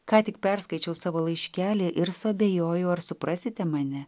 ką tik perskaičiau savo laiškelį ir suabejojau ar suprasite mane